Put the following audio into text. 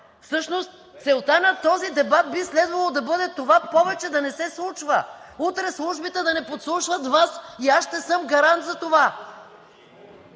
Всъщност целта на този дебат би следвало да бъде това повече да не се случва. Утре службите да не подслушват Вас и аз ще съм гарант за това.